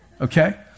Okay